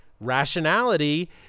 rationality